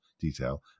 detail